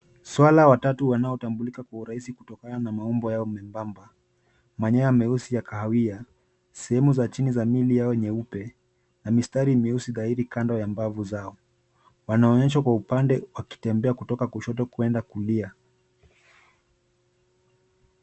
Swala watatu wanaotambulika kwa urahisi kutokana na maumbo yao membamba, manyoya meusi ya kahawia, sehemu za chini za miili yao nyeupe na mistari myeusi zaidi kando ya mbavu zao. Wanaonyeshwa kwa upande wakitembea kutoka kushoto kuenda kulia.